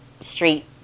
street